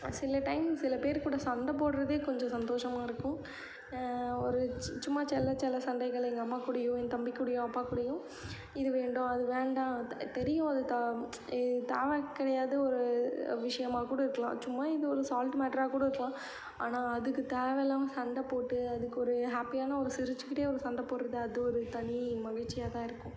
சில டைம் சில பேர் கூட சண்டை போடுறதே கொஞ்சம் சந்தோஷமாக இருக்கும் ஒரு சு சும்மா செல்ல செல்ல சண்டைகள் எங்கள் அம்மா கூடயோ என் தம்பி கூடயோ அப்பா கூடயும் இது வேண்டாம் அது வேண்டாம் தெரியும் அது த இது தேவை கிடையாது ஒரு விஷயமாக கூட இருக்கலாம் சும்மா இது ஒரு சால்ட் மேட்டராக கூட இருக்கலாம் ஆனால் அதுக்கு தேவையில்லாமல் சண்டை போட்டு அதுக்கு ஒரு ஹாப்பியான ஒரு சிரிச்சுக்கிட்டே ஒரு சண்டை போடுறது அது ஒரு தனி மகிழ்ச்சியாக தான் இருக்கும்